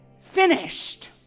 finished